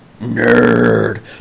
nerd